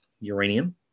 uranium